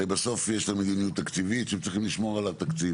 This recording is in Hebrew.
הרי בסוף יש את המדיניות התקציבית והם צריכים לשמור על התקציב.